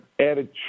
added